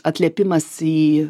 atliepimas į